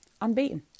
Unbeaten